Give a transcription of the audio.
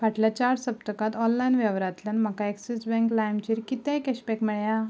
फाटल्या चार सप्तकांत ऑनलायन वेव्हरांतल्यान म्हाका ॲक्सीस बँक लायमचेर कितेंय कॅशबॅक मेळ्या